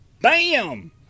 bam